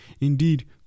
Indeed